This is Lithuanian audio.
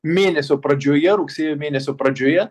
mėnesio pradžioje rugsėjo mėnesio pradžioje